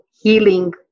healing